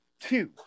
Two